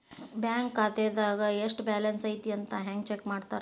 bank ಖಾತೆದಾಗ ಎಷ್ಟ balance ಐತಿ ಅಂತ ಹೆಂಗ ಚೆಕ್ ಮಾಡ್ತಾರಾ